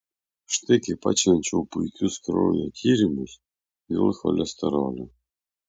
štai kaip atšvenčiau puikius kraujo tyrimus dėl cholesterolio